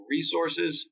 Resources